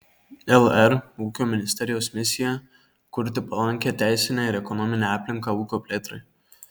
lr ūkio ministerijos misija kurti palankią teisinę ir ekonominę aplinką ūkio plėtrai